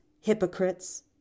hypocrites